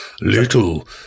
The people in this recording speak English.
Little